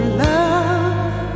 love